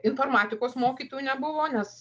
informatikos mokytojų nebuvo nes